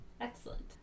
Excellent